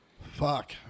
fuck